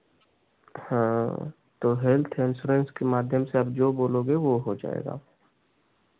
हाँ तो health insurance के माध्यम से आप जो बोलोगे वो हो जाएगा